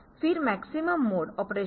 फिर maximum mode operation में